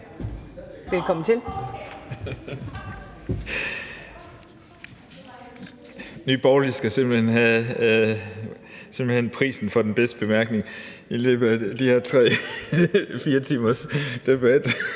Elbæk (UFG): Nye Borgerlige skal simpelt hen have prisen for den bedste bemærkning i løbet af de her 3-4 timers debat.